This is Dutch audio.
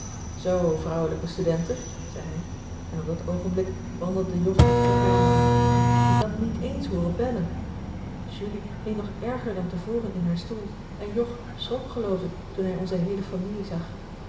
zoo vrouwelijke studente zei hij en op dat oogenblk wandelde jog de kamer in ik had hem niet eens hooren bellen julie hing nog erger dan tevoren in haar stoel en jog schrok geloof ik toen hij onze heele familie zag